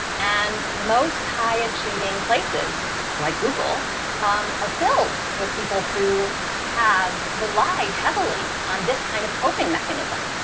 and most high-achieving places like google are filled with people who have relied heavily on this kind of coping mechanism.